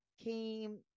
came